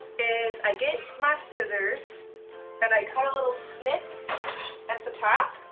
is i get my scissors and i cut a little snip at the top